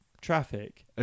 traffic